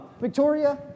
Victoria